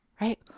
right